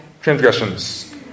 transgressions